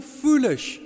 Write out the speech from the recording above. foolish